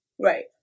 Right